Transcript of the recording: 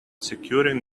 securing